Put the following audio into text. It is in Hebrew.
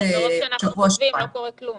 מרוב שאנחנו חושבים לא קורה כלום.